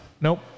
nope